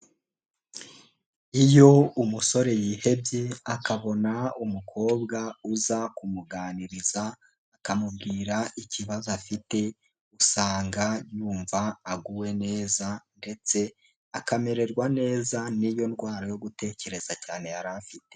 Iyo umusore yihebye akabona umukobwa uza kumuganiriza, akamubwira ikibazo afite, usanga yumva aguwe neza ndetse akamererwa neza n'iyo ndwara yo gutekereza cyane yari afite.